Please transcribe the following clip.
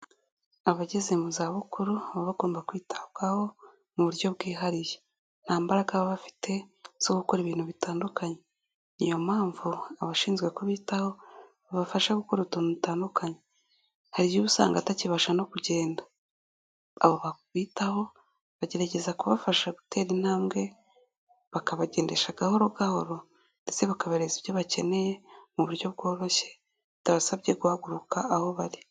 Abageze mu zabukuru baba bagomba kwitabwaho, mu buryo bwihariye. Nta mbaraga baba bafite, zo gukora ibintu bitandukanye. Ni yo mpamvu abashinzwe kubitaho, babafasha gukora utuntu dutandukanye. Hari igihe uba usanga atakibasha no kugenda. Abo babitaho bagerageza kubafasha gutera intambwe, bakabagendesha gahoro gahoro, ndetse bakabahereza ibyo bakeneye mu buryo bworoshye, bitabasabye guhaguruka aho bari.